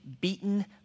beaten